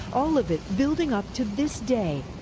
all of it building up to this day,